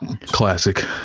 Classic